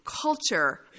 culture